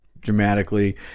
dramatically